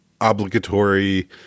obligatory